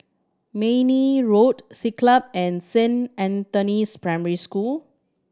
Mayne Road Siglap and Saint Anthony's Primary School